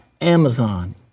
Amazon